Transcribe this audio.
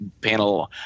panel